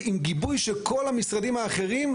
ועם גיבוי של כל המשרדים האחרים,